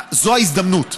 זו ההזדמנות.